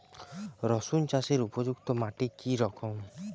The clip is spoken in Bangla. রুসুন চাষের উপযুক্ত মাটি কি রকম?